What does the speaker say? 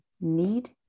need